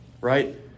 right